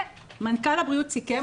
ומנכ"ל הבריאות סיכם,